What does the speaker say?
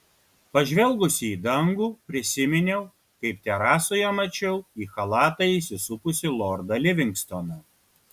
pažvelgusi į dangų prisiminiau kaip terasoje mačiau į chalatą įsisupusį lordą livingstoną